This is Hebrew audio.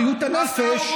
בריאות הנפש,